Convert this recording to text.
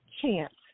chance